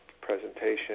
presentation